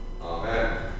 Amen